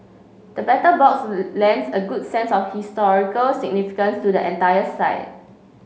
the Battle Box lends a good sense of historical significance to the entire site